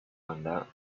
banda